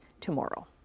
tomorrow